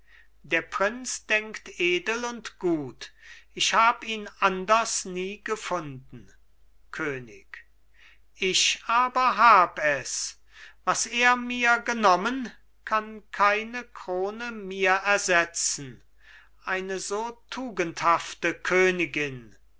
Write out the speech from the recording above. der prinz denkt edel und gut ich hab ihn anders nie gefunden könig ich aber hab es was er mir genommen kann keine krone mir ersetzen eine so tugendhafte königin